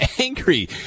angry